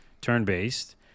turn-based